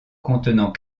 contenant